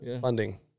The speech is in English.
funding